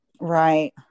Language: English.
Right